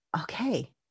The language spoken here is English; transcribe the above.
okay